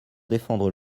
défendre